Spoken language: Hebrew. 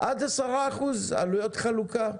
עד 10% עלויות חלוקה,